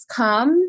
come